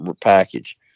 package